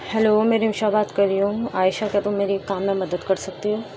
hello میں رمشہ بات کر رہی ہوں عائشہ کیا تم میری ایک کام میں مدد کر سکتی ہو